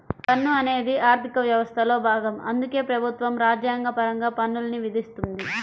పన్ను అనేది ఆర్థిక వ్యవస్థలో భాగం అందుకే ప్రభుత్వం రాజ్యాంగపరంగా పన్నుల్ని విధిస్తుంది